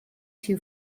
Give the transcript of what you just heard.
too